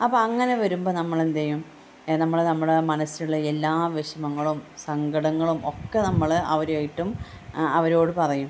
അപ്പം അങ്ങനെ വരുമ്പോൾ നമ്മൾ എന്ത് ചെയ്യും നമ്മൾ നമ്മുടെ മനസ്സിലുള്ള എല്ലാ വിഷമങ്ങളും സങ്കടങ്ങളും ഒക്കെ നമ്മൾ അവരുമായിട്ടും അവരോട് പറയും